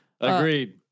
Agreed